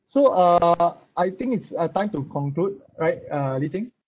so uh I think it's uh time to conclude right uh li ting